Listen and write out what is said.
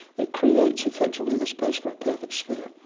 it creates effectively the space for a perfect sphere.